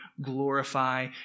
glorify